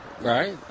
right